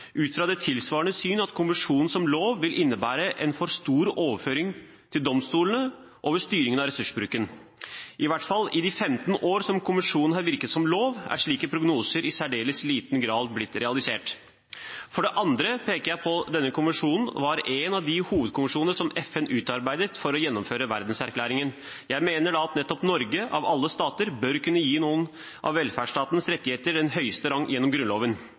fra det tilsvarende syn at konvensjonen som lov ville innebære en for stor overføring til domstolene over styringen av ressursbruken. I ethvert fall i de femten år som konvensjonen har virket som lov, er slike prognoser i særdeles liten grad blitt realisert. For det andre peker jeg på at denne konvensjonen var en av de to hovedkonvensjoner som FN utarbeidet for å gjennomføre Verdenserklæringen. Jeg mener da at nettopp Norge – av alle stater – bør kunne gi noen av velferdsstatens rettigheter den høyeste rang gjennom Grunnloven.